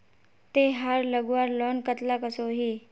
तेहार लगवार लोन कतला कसोही?